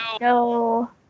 No